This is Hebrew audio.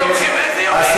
עשית את היומית.